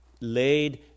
laid